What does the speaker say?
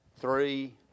three